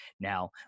Now